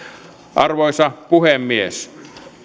arvoisa puhemies